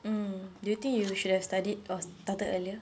mm do you think you should have studied or started earlier